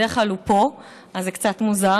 בדרך כלל הוא פה, אז זה קצת מוזר.